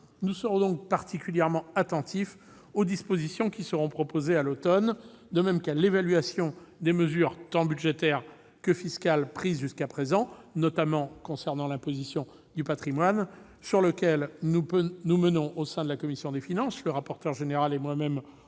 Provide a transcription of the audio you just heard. Nous serons donc particulièrement attentifs aux dispositions proposées à l'automne, de même qu'à l'évaluation des mesures tant budgétaires que fiscales prises jusqu'à présent, notamment concernant l'imposition du patrimoine, sur laquelle, au sein de la commission des finances- M. le rapporteur général et moi-même